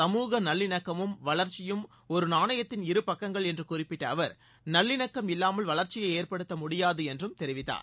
சமூக நல்லிணக்கமும் வளர்ச்சியும் ஒரு நாணயத்தின் இருபக்கங்கள் என்று குறிப்பிட்ட அவர் நல்லிணக்கம் இல்லாமல் வளர்ச்சியை ஏற்படுத்த முடியாது என்றும் தெரிவித்தார்